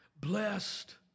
Blessed